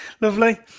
Lovely